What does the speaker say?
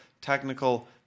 technical